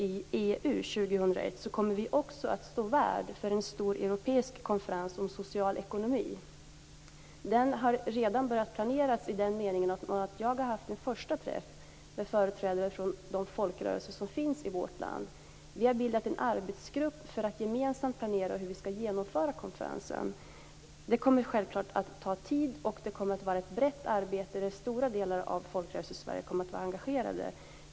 2001 kommer vi också att stå värd för en stor europeisk konferens om social ekonomi. Den har redan börjat planeras i den meningen att jag har haft en första träff med företrädare för de folkrörelser som finns i vårt land. Vi har bildat en arbetsgrupp för att gemensamt planera hur vi skall genomföra konferensen. Det kommer självklart att ta tid, och det kommer att vara ett brett arbete där stora delar av Folkrörelsesverige kommer att vara engagerade.